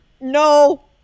No